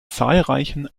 zahlreichen